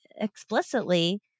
explicitly